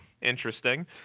interesting